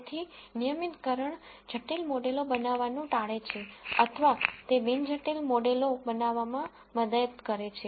તેથી રેગ્યુલરાઇઝેશન જટિલ મોડેલો બનાવવાનું ટાળે છે અથવા તે બિન જટિલ મોડેલો બનાવવામાં મદદ કરે છે